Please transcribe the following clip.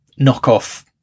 knockoff